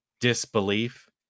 disbelief